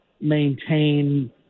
maintain